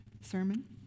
sermon